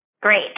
Great